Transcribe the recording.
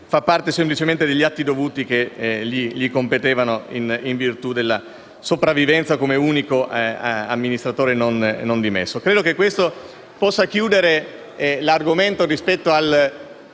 fa parte semplicemente degli atti dovuti che gli competono in virtù della sopravvivenza come unico amministratore non dimesso. Credo che questo possa chiudere l'argomento, rispetto a